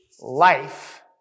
life